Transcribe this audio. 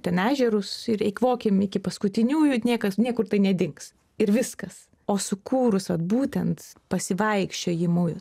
ten ežerus ir eikvokim iki paskutiniųjų niekas niekur tai nedings ir viskas o sukūrus vat būtent pasivaikščiojimui